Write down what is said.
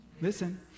Listen